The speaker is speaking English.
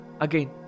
again